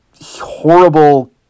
horrible